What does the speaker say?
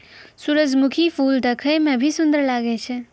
सुरजमुखी फूल देखै मे भी सुन्दर लागै छै